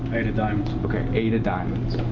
eight of diamonds. ok, eight of diamonds.